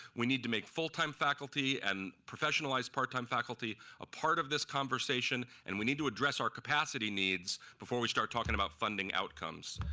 we need to make full time faculty and professional like part time faculty a part of this conversation and we need to address our capacity needs before we start talking about funding outcomes.